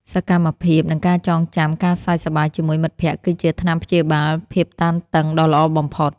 សកម្មភាព និងការចងចាំការសើចសប្បាយជាមួយមិត្តភក្តិគឺជាថ្នាំព្យាបាលភាពតានតឹងដ៏ល្អបំផុត។